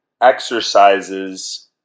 Exercises